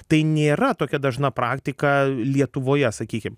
tai nėra tokia dažna praktika lietuvoje sakykim